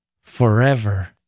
forever